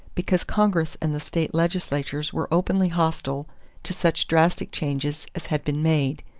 because congress and the state legislatures were openly hostile to such drastic changes as had been made.